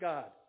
God